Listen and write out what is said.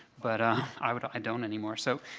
but i but don't i don't anymore, so